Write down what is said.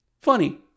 Funny